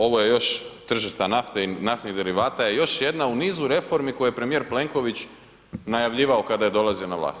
Ovo je još tržište nafte i naftnih derivata je još jedna u nizu reformi koje premijer Plenković najavljivao kada je dolazio na vlast.